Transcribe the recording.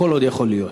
הכול עוד יכול להיות.